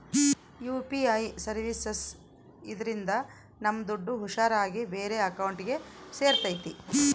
UPI services ಇದ್ರಿಂದ ನಮ್ ದುಡ್ಡು ಹುಷಾರ್ ಆಗಿ ಬೇರೆ ಅಕೌಂಟ್ಗೆ ಸೇರ್ತೈತಿ